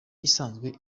isanzwe